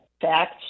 facts